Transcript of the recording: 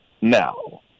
now